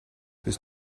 bist